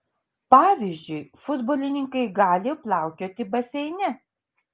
pavyzdžiui futbolininkai gali plaukioti baseine